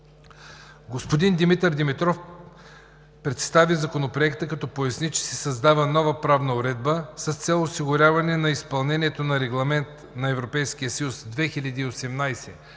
Господин Димитър Димитров представи Законопроекта, като поясни, че се създава нова правна уредба с цел осигуряване на изпълнението на Регламент (ЕС) 2018/644